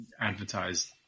advertised